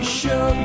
show